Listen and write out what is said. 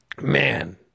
man